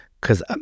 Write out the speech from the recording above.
Cause